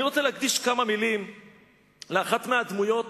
אני רוצה להקדיש כמה מלים לאחת מהדמויות